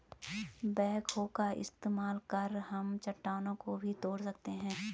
backhoe का इस्तेमाल कर हम चट्टानों को भी तोड़ सकते हैं